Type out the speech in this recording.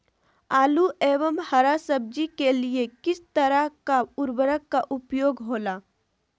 आलू एवं हरा सब्जी के लिए किस तरह का उर्वरक का उपयोग होला?